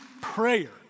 prayer